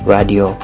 Radio